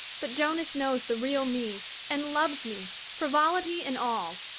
but jonas knows the real me and loves me, frivolity and all.